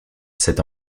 cette